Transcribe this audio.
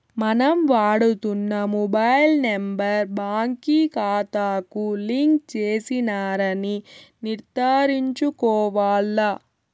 మనం వాడుతున్న mobile number బాంకీ కాతాకు లింక్ చేసినారని నిర్ధారించుకోవాల్ల